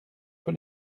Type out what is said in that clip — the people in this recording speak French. peu